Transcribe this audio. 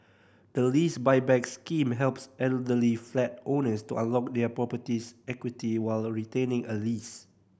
the Lease Buyback Scheme helps elderly flat owners to unlock their property's equity while retaining a lease